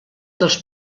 dels